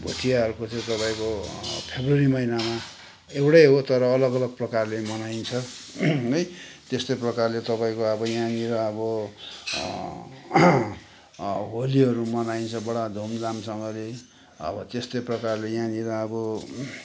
भोटियाहरूको चाहिँ तपाईँको फेब्रुअरी महिनामा एउटै हो तर अलग अलग प्रकारले मनाइन्छ है त्यस्तै प्रकारले तपाईँको अब यहाँनिर अब होलीहरू मनाइन्छ बडा धुमधामसँगले अब त्यस्तै प्रकारले यहाँनिर अब